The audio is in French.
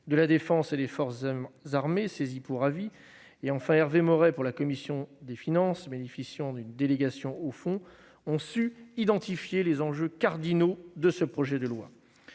de la défense et des forces armées, saisie pour avis, et, enfin, Hervé Maurey au nom de la commission des finances, qui a bénéficié d'une délégation au fond, ont su identifier les principes cardinaux de ce projet de loi.